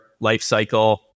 lifecycle